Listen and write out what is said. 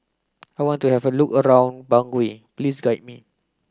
I want to have a look around Bangui please guide me